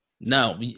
no